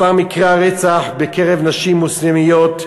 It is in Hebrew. מספר מקרי הרצח בקרב נשים מוסלמיות,